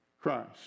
Christ